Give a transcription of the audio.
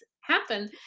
happen